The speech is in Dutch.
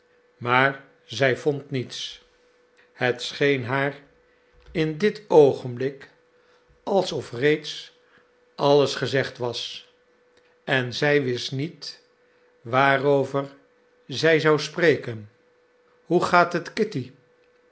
maar zij vond niets het scheen haar in dit oogenblik alsof reeds alles gezegd was en zij wist niet waarover zij zou spreken hoe gaat het kitty